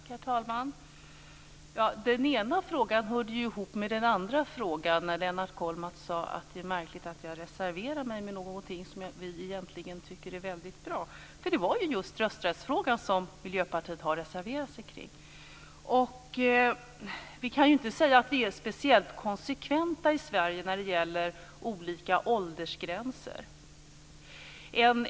Herr talman! Den ena frågan hörde ihop med den andra frågan. Lennart Kollmats sade att det är märkligt att jag reserverade mig mot något som vi i Miljöpartiet egentligen tycker är bra. Det är just i rösträttsfrågan som Miljöpartiet har reserverat sig. Vi kan inte säga att vi är speciellt konsekventa i Sverige i fråga om åldersgränser.